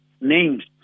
names